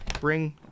bring